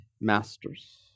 masters